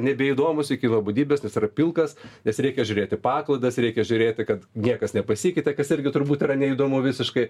nebeįdomūs iki nuobodybės nes yra pilkas nes reikia žiūrėti paklaidas reikia žiūrėti kad niekas nepasikeitė kas irgi turbūt yra neįdomu visiškai